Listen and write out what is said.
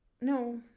No